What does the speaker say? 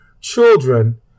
children